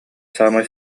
саамай